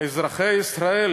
אזרחי ישראל,